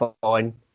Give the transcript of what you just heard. fine